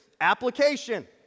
application